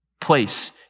place